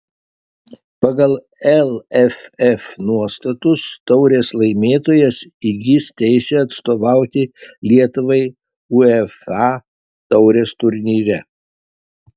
pagal lff nuostatus taurės laimėtojas įgis teisę atstovauti lietuvai uefa taurės turnyre